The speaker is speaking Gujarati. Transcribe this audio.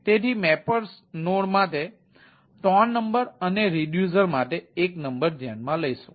તેથી મેપર નોડ્સ માટે 3 નંબર અને રિડ્યુસર માટે 1 નંબર ધ્યાનમાં લઈશું